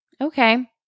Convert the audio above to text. Okay